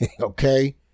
Okay